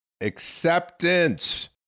Acceptance